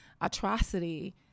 atrocity